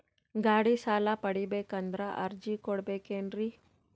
ಗಾಡಿ ಸಾಲ ಪಡಿಬೇಕಂದರ ಅರ್ಜಿ ಕೊಡಬೇಕೆನ್ರಿ?